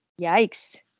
Yikes